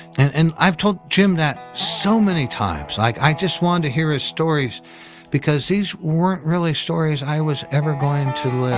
and and i've told jim that so many times. like, i just wanted to hear his stories because these weren't really stories i was ever going to live.